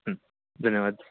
धन्यवाद